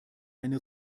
eine